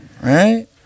right